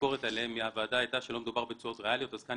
- הביקורת מהוועדה הייתה שלא מדובר בתשואות ריאליות.